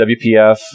WPF